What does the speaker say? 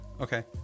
Okay